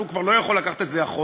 והוא כבר לא יכול לקחת את זה אחורה,